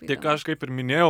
tai ką aš kaip ir minėjau